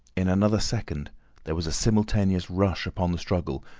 in another second there was a simultaneous rush upon the struggle,